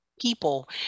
people